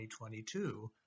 2022